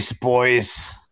boys